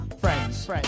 friends